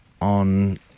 on